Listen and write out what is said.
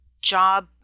job